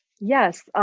Yes